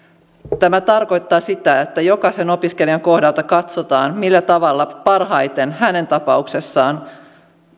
tämä tarkoittaa sitä että jokaisen opiskelijan kohdalla katsotaan millä tavalla hänen tapauksessaan